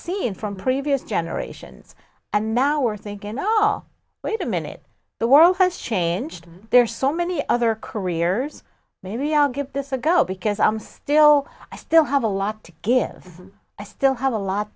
seen from previous generations and now we're thinking all wait a minute the world has changed there are so many other careers maybe i'll give this a go because i'm still i still have a lot to give i still have a lot